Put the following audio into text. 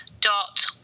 dot